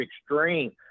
extreme